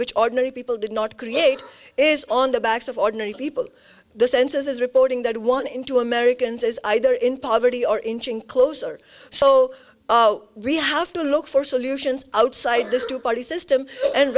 which ordinary people did not create is on the backs of ordinary people the census is reporting that one in two americans is either in poverty or inching closer so we have to look for solutions outside this two party system and